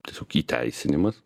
tiesiog įteisinimas